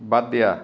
বাদ দিয়া